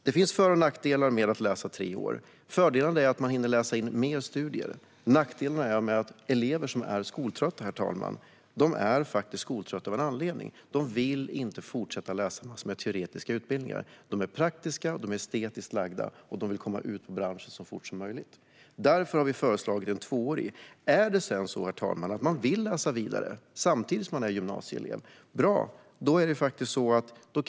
Det finns för och nackdelar med att läsa tre år. Fördelen är att man hinner med mer studier. Nackdelen, herr talman, är att elever som är skoltrötta är det av en anledning. De vill inte fortsätta läsa en teoretisk utbildning utan är praktiskt eller estetiskt lagda och vill komma ut i sin bransch så fort som möjligt. Därför har vi föreslagit en tvåårig utbildning. Är det sedan så, herr talman, att man som gymnasieelev vill läsa vidare går det bra.